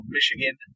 Michigan